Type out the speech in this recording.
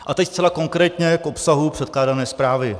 A teď zcela konkrétně k obsahu předkládané zprávy.